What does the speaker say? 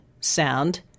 sound